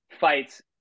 fights